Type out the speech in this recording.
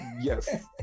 Yes